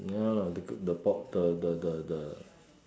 ya lah they report the the